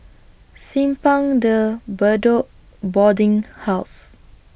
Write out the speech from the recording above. Simpang De Bedok Boarding House